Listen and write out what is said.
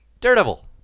Daredevil